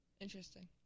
Interesting